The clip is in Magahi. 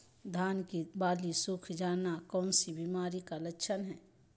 धान की बाली सुख जाना कौन सी बीमारी का लक्षण है?